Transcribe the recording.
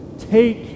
Take